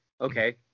Okay